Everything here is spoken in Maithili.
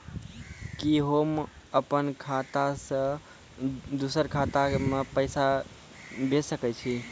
कि होम अपन खाता सं दूसर के खाता मे पैसा भेज सकै छी?